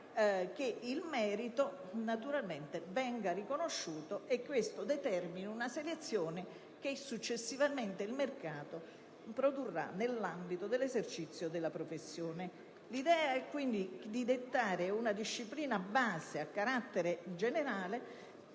che il merito venga riconosciuto e che questo determini una selezione che successivamente il mercato produrrà nell'ambito dell'esercizio della professione. L'idea è quindi quella di dettare una disciplina di base a carattere generale,